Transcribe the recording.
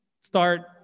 start